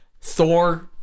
Thor